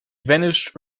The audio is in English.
vanished